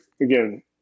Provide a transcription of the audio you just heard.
again